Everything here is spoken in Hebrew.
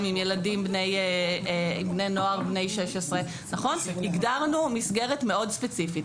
עם בני-נוער בני 16. הגדרנו מסגרת מאוד ספציפית,